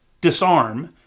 disarm